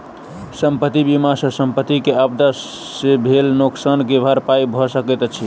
संपत्ति बीमा सॅ संपत्ति के आपदा से भेल नोकसान के भरपाई भअ सकैत अछि